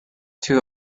two